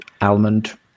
almond